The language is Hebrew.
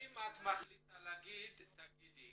אם את מחליטה להגיד תגידי,